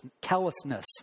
callousness